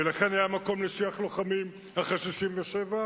לכן היה מקום ל"שיח לוחמים" אחרי 67',